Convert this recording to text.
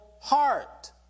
heart